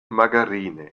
margarine